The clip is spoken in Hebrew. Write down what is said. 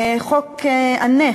חוק הנפט,